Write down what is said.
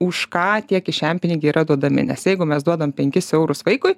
už ką tie kišenpinigiai yra duodami nes jeigu mes duodam penkis eurus vaikui